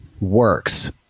works